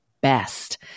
best